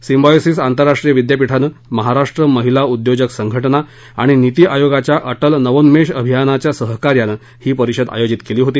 symbiosis आंतरराष्ट्रीय विद्यापीठानं महाराष्ट्र महिला उद्योजक संघटना आणि निती आयोगाच्या अटल नवोन्मेष अभियानाच्या सहकार्यानं ही परिषद आयोजित केली होती